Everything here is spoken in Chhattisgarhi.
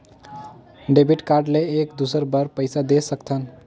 डेबिट कारड ले एक दुसर बार पइसा दे सकथन?